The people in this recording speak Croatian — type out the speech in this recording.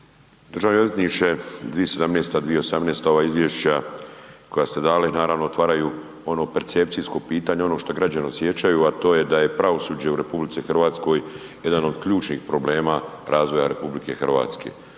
Državni odvjetniče, 2017., 2018. ova izvješća koja ste dali, naravno otvaraju ono percepcijsko pitanje, ono što građani osjećaju a to je da je pravosuđe u RH jedan od ključnih problema razvoja RH.